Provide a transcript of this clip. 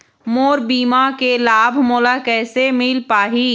मोर बीमा के लाभ मोला कैसे मिल पाही?